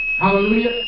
Hallelujah